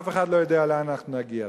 אף אחד לא יודע לאן אנחנו נגיע.